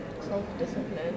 self-discipline